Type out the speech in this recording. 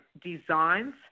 designs